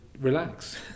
relax